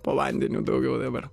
po vandeniu daugiau dabar